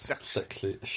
sexy